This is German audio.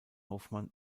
hofmann